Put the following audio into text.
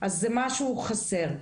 אז זה משהו חסר.